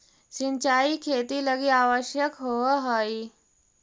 सिंचाई खेती लगी आवश्यक होवऽ हइ